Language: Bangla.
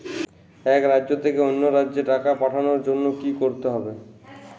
এক রাজ্য থেকে অন্য রাজ্যে টাকা পাঠানোর জন্য কী করতে হবে?